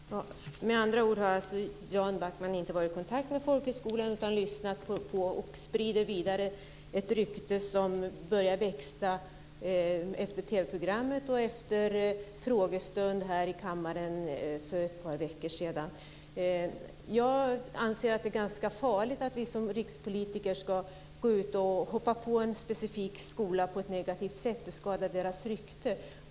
Herr talman! Med andra ord har Jan Backman inte varit i kontakt med folkhögskolan utan har lyssnat på och sprider vidare ett rykte som börjat växa efter TV programmet och efter frågestunden här i kammaren för ett par veckor sedan. Jag anser att det är ganska farligt att vi som rikspolitiker går ut och hoppar på en specifik skola på ett negativt sätt och skadar dess rykte.